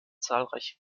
zahlreiche